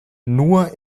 nur